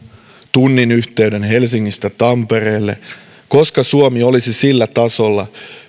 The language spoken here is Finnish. tunnin yhteyden helsingistä tampereelle koska suomi olisi sillä tasolla